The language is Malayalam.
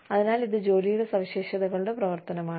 അതിനാൽ ഇത് ജോലിയുടെ സവിശേഷതകളുടെ പ്രവർത്തനമാണ്